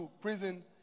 prison